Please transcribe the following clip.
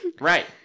right